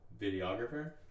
Videographer